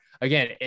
again